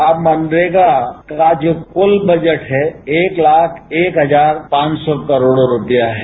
अब मनरेगा का कल बजट है एक लाख एक हजार पांच सौ करोड़ रुपया है